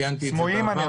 ציינתי את זה גם בעבר,